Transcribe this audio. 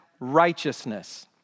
righteousness